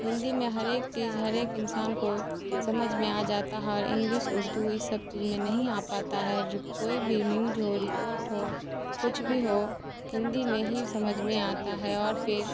ہندی میں ہر ایک چیز ہر ایک انسان کو سمجھ میں آ جاتا ہے اور انگلس اردو یہ سب چیز میں نہیں آ پاتا ہے جو کوئی بھی نیوج ہو رپورٹ ہو کچھ بھی ہو ہندی میں ہی سمجھ میں آتا ہے اور پھر